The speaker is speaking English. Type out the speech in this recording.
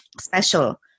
special